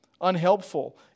unhelpful